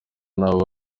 nabi